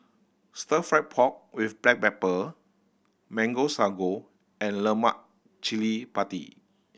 Stir Fried Pork With Black Pepper Mango Sago and lemak cili padi